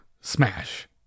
smash